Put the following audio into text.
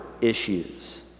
issues